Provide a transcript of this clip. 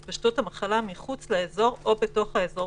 אנחנו בודקים גם את ההתפשטות בתוך העיר,